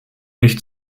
mich